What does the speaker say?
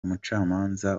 umucamanza